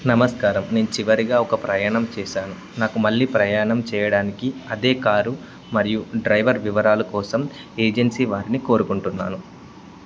నమస్కారం నేను చివరిగా ఒక ప్రయాణం చేశాను నాకు మళ్ళీ ప్రయాణం చేయడానికి అదే కారు మరియు డ్రైవర్ వివరాాల కోసం ఏజెన్సీ వారిని కోరుకుంటున్నాను